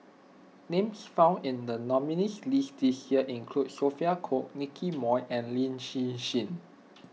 names found in the nominees' list this year include Sophia Cooke Nicky Moey and Lin Hsin Hsin